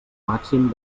màxim